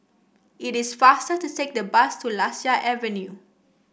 it is faster to take the bus to Lasia Avenue